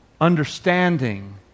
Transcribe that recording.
understanding